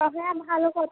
তবে হ্যাঁ ভালো কথা